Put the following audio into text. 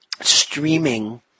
streaming